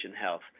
health